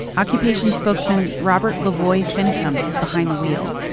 occupation spokesman robert lavoy finicum is behind the wheel.